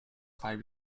five